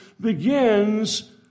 begins